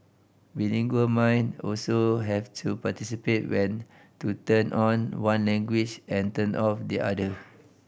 bilingual mind also have to participate when to turn on one language and turn off the other